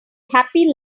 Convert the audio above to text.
happy